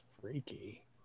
freaky